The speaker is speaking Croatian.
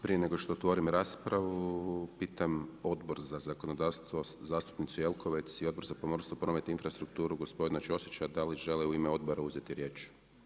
Prije nego što otvorim raspravu, pitam Odbor za zakonodavstvo, zastupnicu Jelkovac i Odbor za pomorstvo, prometnu infrastrukturu, gospodina Ćosića da li žele u ime odbora uzeti riječ?